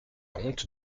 honte